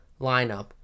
lineup